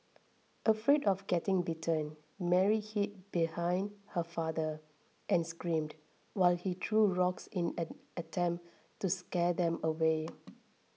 afraid of getting bitten Mary hid behind her father and screamed while he threw rocks in an attempt to scare them away